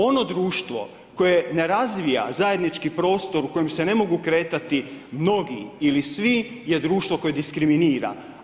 Ono društvo koje ne razvija zajednički prostor u kojem se ne mogu kretati mnogi ili svi je društvo koje diskriminira.